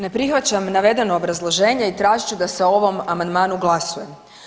Ne prihvaćam navedeno obrazloženje i tražit ću da se o ovom amandmanu glasuje.